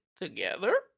together